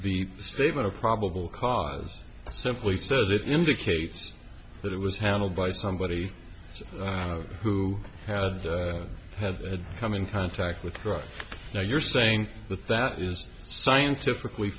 the statement of probable cause simply says it indicates that it was handled by somebody who had had come in contact with drugs now you're saying the thing that is scientifically